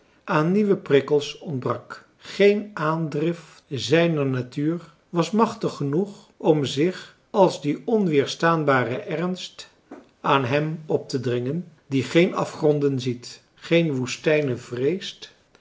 aan nieuwe prikkels ontbrak geen aandrift zijner natuur was machtig genoeg om zich als die onweerstaanbare ernst aan hem optedringen die geen afgronden ziet geen woestijnen vreest